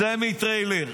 סמיטריילר,